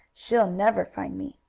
she'll never find me!